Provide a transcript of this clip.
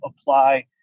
apply